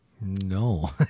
No